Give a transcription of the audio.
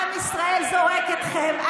עם ישראל זורק אתכם,